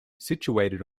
situated